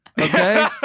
Okay